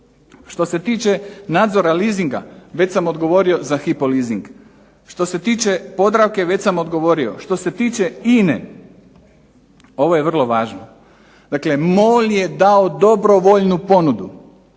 Što se tiče nadzora leasinga, već sam odgovorio za HYPO leasing. Što se tiče Podravke već sam odgovorio, što se tiče INA-e, ovo je vrlo važno, dakle MOL je dao dobrovoljnu ponudu,